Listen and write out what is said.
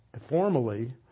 formally